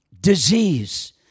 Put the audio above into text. disease